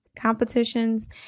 competitions